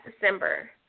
December